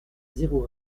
zéro